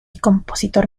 compositor